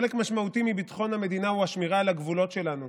חלק משמעותי מביטחון המדינה הוא השמירה על הגבולות שלנו.